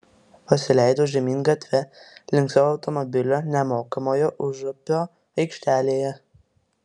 pasileidau žemyn gatve link savo automobilio nemokamoje užupio aikštelėje